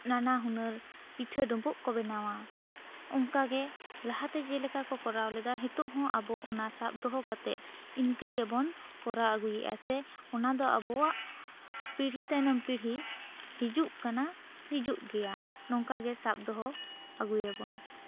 ᱱᱟᱱᱟ ᱦᱩᱱᱟᱹᱨ ᱯᱤᱴᱷᱟᱹ ᱰᱩᱢᱵᱩᱜ ᱠᱚ ᱵᱮᱱᱟᱣᱟ ᱚᱱᱠᱟ ᱜᱮ ᱞᱟᱦᱟ ᱛᱮ ᱡᱮ ᱞᱮᱠᱟ ᱠᱚ ᱠᱚᱨᱟᱣ ᱞᱮᱫᱟ ᱱᱤᱛᱚᱜ ᱦᱚᱸ ᱟᱵᱚ ᱚᱱᱟ ᱥᱟᱵ ᱫᱚᱦᱚ ᱠᱟᱛᱮᱜ ᱤᱱᱠᱟᱹ ᱜᱮ ᱵᱚᱱ ᱠᱚᱨᱟᱣ ᱟᱹᱜᱩᱭᱮᱼᱟ ᱥᱮ ᱚᱱᱟ ᱫᱚ ᱟᱵᱚᱣᱟᱜ ᱯᱤᱲᱦᱤ ᱛᱟᱭᱱᱚᱢ ᱯᱤᱲᱦᱤ ᱦᱤᱡᱩᱜ ᱠᱟᱱᱟ ᱦᱤᱡᱩᱜ ᱜᱮᱭᱟ ᱱᱚᱝᱠᱟ ᱜᱮ ᱥᱟᱵ ᱫᱚᱦᱚᱭ ᱟᱜᱩᱭᱟ ᱵᱚᱱ